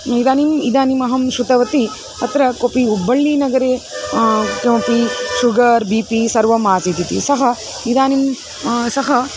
इदानीम् इदानीम् अहं श्रुतवती अत्र कोऽपि उब्बल्लीनगरे किमपि शुगर् बि पि सर्वम् आसीत् इति सः इदानीं सः